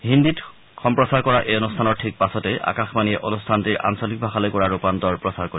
হিন্দীত সম্প্ৰচাৰ কৰা এই অনুষ্ঠানৰ ঠিক পাছতেই আকাশবাণীয়ে অনুষ্ঠানটিৰ আঞ্চলিক ভাষালৈ কৰা ৰূপান্তৰ প্ৰচাৰ কৰিব